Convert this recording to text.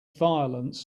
violence